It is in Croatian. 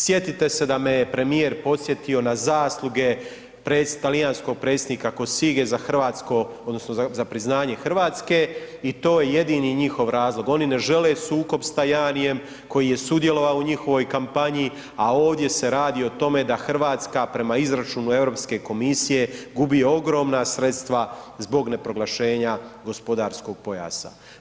Sjetite se da me je premijer podsjetio na zasluge talijanskog predsjednika Cossige za Hrvatsko odnosno za priznanje Hrvatske i to je jedini njihov razlog, oni ne žele sukob s Tajanijem koji je sudjelovao koji je sudjelovao u njihovoj kampanji, a ovdje se radi o tome da Hrvatska prema izračunu Europske komisije gubi ogromna sredstva zbog ne proglašenja gospodarskog pojasa.